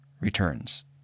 returns